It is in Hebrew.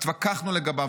התווכחנו לגביו,